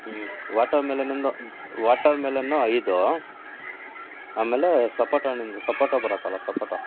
ಹ್ಞೂ ವಾಟರ್ಮೆಲನಿಂದು ಊಂ ವಾಟರ್ಮೆಲನ್ನು ಐದು ಆಮೇಲೆ ಸಪೊಟ ಹಣ್ಣಿಂದು ಸಪೊಟ ಬರುತ್ತಲ್ಲ ಸಪೊಟ